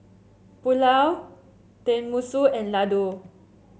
Pulao Tenmusu and Ladoo